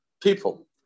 People